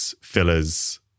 fillers